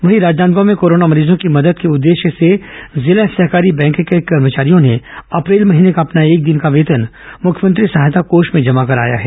वहीं राजनांदगांव में कोरोना मरीजों की मदद के उद्देश्य से जिला सहकारी बैंक के कर्मचारियों ने अप्रैल महीने का अपना एक दिन का वेतन मुख्यमंत्री सहायता कोष में जमा कराया है